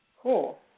Cool